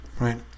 right